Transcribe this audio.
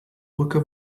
brücke